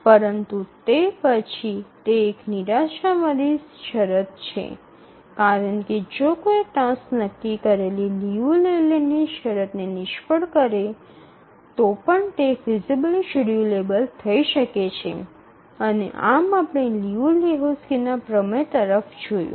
પરંતુ તે પછી તે એક નિરાશાવાદી શરત છે કારણ કે જો કોઈ ટાસક્સ નક્કી કરેલી લિયુ લેલેન્ડની શરતને નિષ્ફળ કરે તો પણ તે ફિઝિબલી શેડ્યૂલેબલ થઈ શકે છે અને આમ આપણે લિયુ અને લેહોક્સ્કી ના પ્રમેય તરફ જોયું